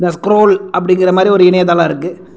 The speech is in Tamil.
த ஸ்க்ரோல் அப்படிங்கிற மாதிரி ஒரு இணையதளம் இருக்குது